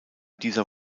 dieser